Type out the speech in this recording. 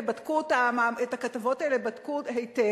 ובדקו את הכתבות האלה היטב,